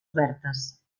obertes